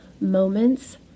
moments